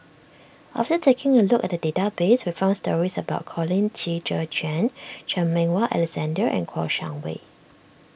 after taking a look at the database we found stories about Colin Qi Zhe Quan Chan Meng Wah Alexander and Kouo Shang Wei